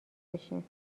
بشین